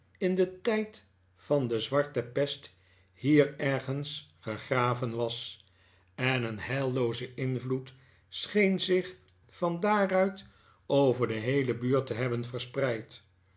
in den tijd van de zwarte pest hier ergens gegraven was en een heillooze invloed scheen zich van daar uit over de heele buurt te hebben verspreid